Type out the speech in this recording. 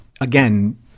again